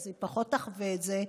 אז היא פחות תחווה את זה,